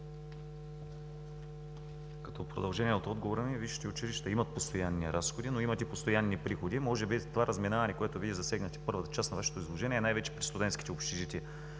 Като продължение от отговора ми. Висшите училища имат постоянни разходи, но имат и постоянни приходи. Може би това разминаване, което Вие засегнахте в първата част на Вашето изложение, най-вече е при студентските общежития